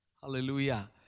Hallelujah